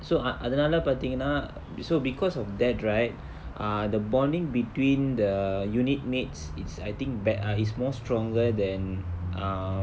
so ah அதனால பாத்திங்கனா:athanaala paathinganaa so because of that right ah the bonding between the unit mates it's I think bet~ ah it's more stronger than err